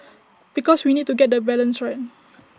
because we need to get the balance right